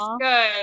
good